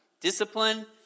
Discipline